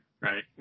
Right